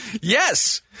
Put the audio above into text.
Yes